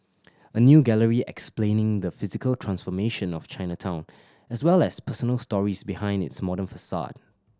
a new gallery explaining the physical transformation of Chinatown as well as personal stories behind its modern facade